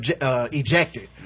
ejected